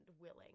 willing